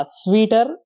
sweeter